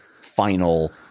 final